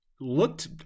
Looked